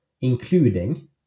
including